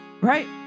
right